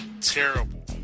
Terrible